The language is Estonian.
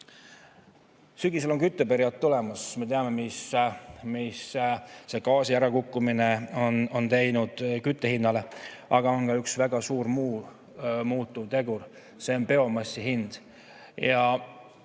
Sügisel on kütteperiood tulemas. Me teame, mida gaasi ärakukkumine on teinud kütte hinnale. Aga on ka üks teine väga suur muutuvtegur, see on biomassi hind.